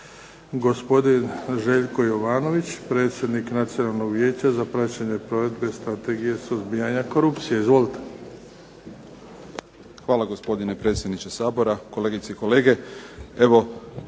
Hvala gospodine predsjedniče Sabora, kolegice i kolege.